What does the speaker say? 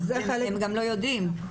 הם גם לא יודעים.